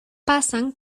pasan